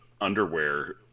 underwear